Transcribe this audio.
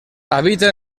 habita